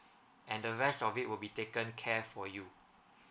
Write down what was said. and the rest of it will be taken care for you